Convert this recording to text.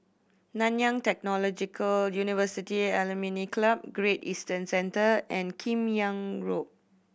Nanyang Technological University Alumni Club Great Eastern Centre and Kim Yam Road